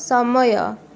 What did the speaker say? ସମୟ